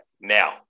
now